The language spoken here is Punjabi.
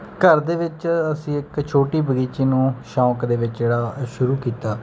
ਘਰ ਦੇ ਵਿੱਚ ਅਸੀਂ ਇੱਕ ਛੋਟੀ ਬਗੀਚੀ ਨੂੰ ਸ਼ੌਕ ਦੇ ਵਿੱਚ ਜਿਹੜਾ ਸ਼ੁਰੂ ਕੀਤਾ